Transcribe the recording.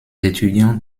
étudiants